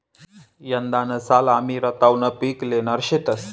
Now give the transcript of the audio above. यंदाना साल आमी रताउनं पिक ल्हेणार शेतंस